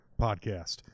podcast